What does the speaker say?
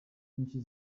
nyinshi